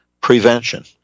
prevention